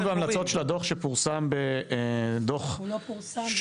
וההמלצות של הדוח שפורסם --- הוא לא פורסם.